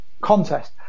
contest